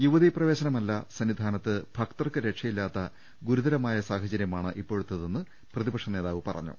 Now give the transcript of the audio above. യുവതീ പ്രവേശന മല്ല സന്നിധാനത്ത് ഭക്തർക്ക് രക്ഷയില്ലാത്ത ഗുരുതരമായി സാഹചര്യമാണ് ഇപ്പോഴത്തേതെന്ന് പ്രതിപക്ഷ നേതാവ് പറഞ്ഞു